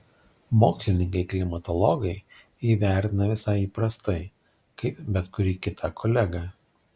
mokslininkai klimatologai jį vertina visai įprastai kaip bet kurį kitą kolegą